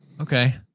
Okay